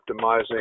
optimizing